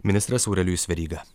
ministras aurelijus veryga